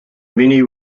many